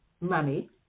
money